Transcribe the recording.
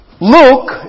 Luke